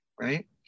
Right